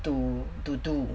to to do